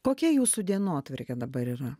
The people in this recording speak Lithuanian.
kokia jūsų dienotvarkė dabar yra